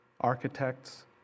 architects